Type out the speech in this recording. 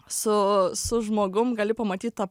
su su žmogum gali pamatyt tą